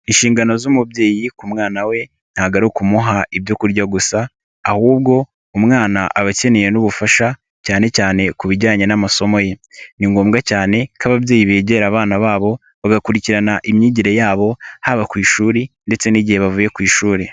Inshingano z'umubyeyi ku mwana we ntagaruka kumuha ibyo kurya gusa ahubwo umwana aba akeneye n'ubufasha cyane cyane ku bijyanye n'amasomo ye. Ni ngombwa cyane ko ababyeyi begera abana babo bagakurikirana imyigire yabo haba ku ishuri ndetse n'igihe bavuye ku ishuri.